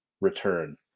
return